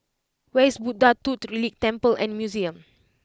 where is Buddha Tooth Relic Temple and Museum